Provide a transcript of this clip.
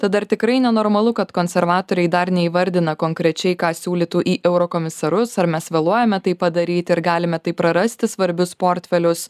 tad ar tikrai nenormalu kad konservatoriai dar neįvardina konkrečiai ką siūlytų į eurokomisarus ar mes vėluojame tai padaryt ir galime taip prarasti svarbius portfelius